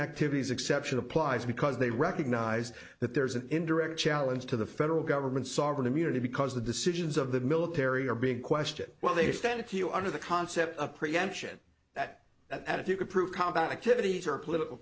negativities exception applies because they recognize that there's an indirect challenge to the federal government sovereign immunity because the decisions of the military are being questioned well they stand here under the concept of preemption that that if you could prove combat activities or political